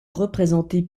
représenter